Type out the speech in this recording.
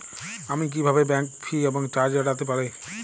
আমি কিভাবে bank fee এবং চার্জ এড়াতে পারি?